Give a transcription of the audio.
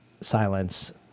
silence